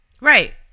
right